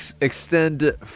Extend